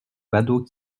badauds